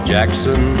Jackson